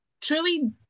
truly